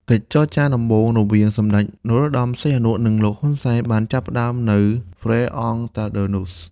កិច្ចចរចាដំបូងរវាងសម្តេច នរោត្តម សីហនុ និងលោក ហ៊ុន សែន បានចាប់ផ្តើមនៅ ហ្វែរ អង់ តាដឺនួស Fère-en-Tardenois។